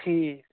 ٹھیٖک